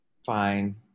Fine